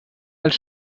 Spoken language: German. als